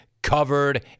covered